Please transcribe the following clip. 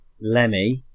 Lemmy